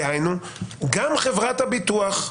דהיינו גם חברת הביטוח,